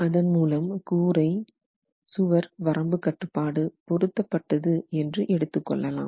அதன்மூலம் கூரை சுவர் வரம்பு கட்டுப்பாடு பொருத்தப்பட்டது என்று எடுத்துக்கொள்ளலாம்